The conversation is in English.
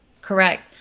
Correct